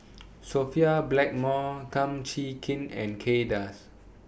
Sophia Blackmore Kum Chee Kin and Kay Das